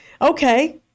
okay